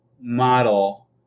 model